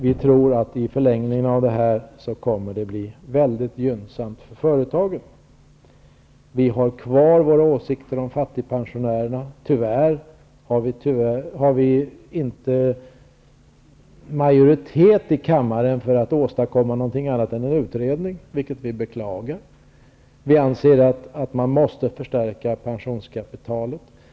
Vi tror att i förlängningen kommer det att bli mycket gynnsamt för företagen. Vi har kvar våra åsikter om fattigpensionärerna. Tyvärr har vi inte majoritet i kammaren för att åstadkomma någonting annat än en utredning, vilket vi beklagar. Vi anser att man måste förstärka pensionskapitalet.